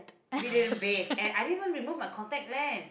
we didn't bathe and I didn't even remove my contact lens